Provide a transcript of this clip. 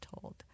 told